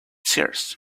seers